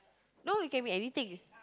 no it can be anything